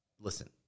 Listen